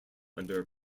under